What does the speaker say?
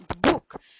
book